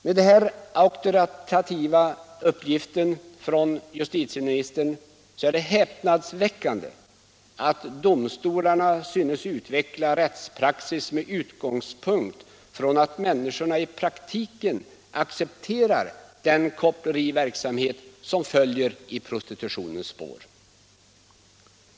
Mot bakgrund av denna auktoritativa uppgift från justitieministern är det häpnadsväckande att domstolarna synes utveckla rättspraxis med utgångspunkt i att människorna i praktiken accepterar den koppleriverksamhet som följer i prostitutionens spår.